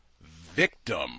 victim